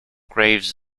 graves